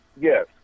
Yes